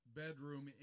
bedroom